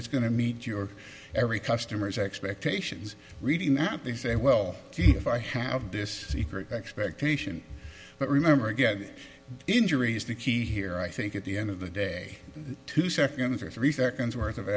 it's going to meet your every customer's expectations reading that they say well if i have this secret expectation but remember again injuries the key here i think at the end of the day two seconds or three seconds worth of